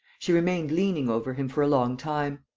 she remained leaning over him for a long time.